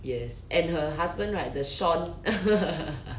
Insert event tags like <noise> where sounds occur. yes and her husband right the shawn <laughs>